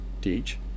teach